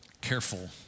careful